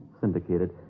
Syndicated